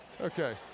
Okay